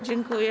Dziękuję.